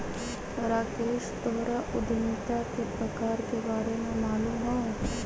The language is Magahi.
राकेश तोहरा उधमिता के प्रकार के बारे में मालूम हउ